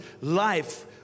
life